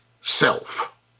self